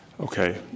Okay